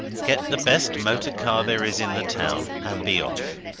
get the best motor car there is in the town, and be off!